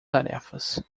tarefas